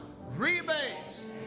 rebates